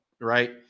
right